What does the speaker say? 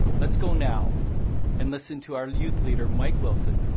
let's go now and listen to our youth leader, mike wilson